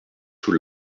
sous